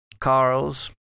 Carl's